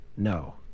No